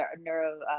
neuro